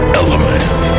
element